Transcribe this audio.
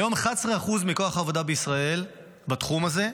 היום 11% מכוח העבודה בישראל הוא בתחום הזה,